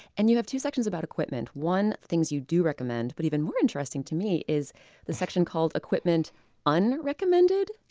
and you have two sections about equipment. one, things you do recommend. but even more interesting to me is the section called equipment unrecommended.